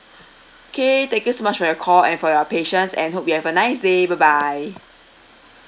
K thank you so much for your call and for your patience and hope you have a nice day bye bye